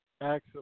Excellent